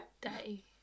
day